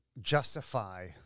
justify